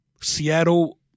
Seattle